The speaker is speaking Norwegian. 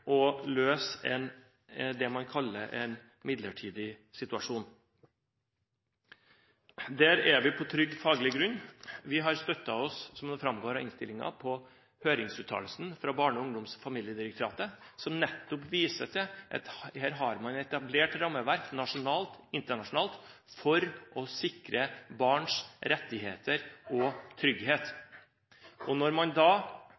å løse det man kaller en midlertidig situasjon. Der er vi på trygg faglig grunn. Vi har støttet oss – som det framgår av innstillingen – på høringsuttalelsen fra Barne-, ungdoms- og familiedirektoratet, som nettopp viser til at man her har etablert rammeverk nasjonalt og internasjonalt for å sikre barns rettigheter og trygghet. Når man da